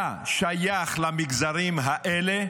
אתה שייך למגזרים האלה?